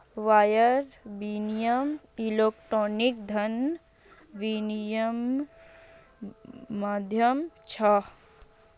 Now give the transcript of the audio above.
wire विनियम electronic धन विनियम्मेर माध्यम छ